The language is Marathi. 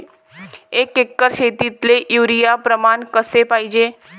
एक एकर शेतीले युरिया प्रमान कसे पाहिजे?